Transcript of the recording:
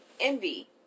envy